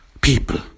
people